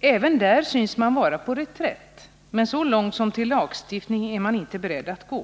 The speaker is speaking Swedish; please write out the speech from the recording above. Även där synes man vara på reträtt, men så långt som till lagstiftning är man inte beredd Om förbud mot att gå.